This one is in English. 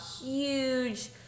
huge